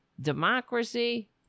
democracy